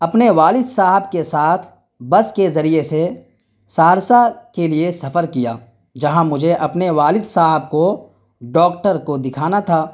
اپنے والد صاحب کے ساتھ بس کے ذریعے سے سہرسہ کے لیے سفر کیا جہاں مجھے اپنے والد صاحب کو ڈاکٹر کو دکھانا تھا